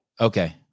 Okay